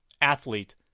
athlete